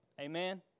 Amen